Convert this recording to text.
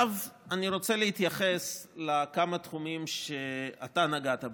עכשיו אני רוצה להתייחס לכמה תחומים שאתה נגעת בהם,